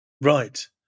Right